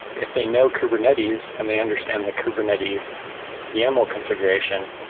if they know kubernetes and they understand the kubernetes yaml configuration,